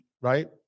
right